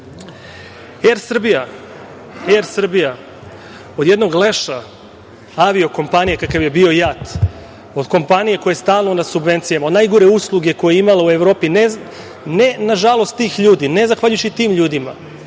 „Er Srbija“ od jednog leša avio kompanije kakav je bio JAT, od kompanije koja je stalno na subvencijama, od najgorih usluga koje je imala u Evropi, ne na žalost tih ljudi, ne zahvaljujući tim ljudima,